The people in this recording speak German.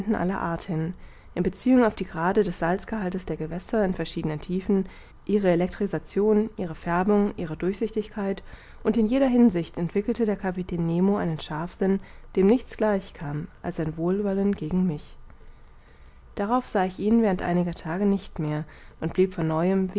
aller art hin in beziehung auf die grade des salzgehaltes der gewässer in verschiedenen tiefen ihre elektrisation ihre färbung ihre durchsichtigkeit und in jeder hinsicht entwickelte der kapitän nemo einen scharfsinn dem nichts gleich kam als sein wohlwollen gegen mich darauf sah ich ihn während einiger tage nicht mehr und blieb von neuem